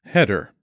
Header